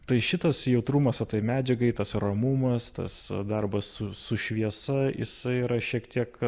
tai šitas jautrumas va tai medžiagai tas romumas tas darbas su su šviesa jisai yra šiek tiek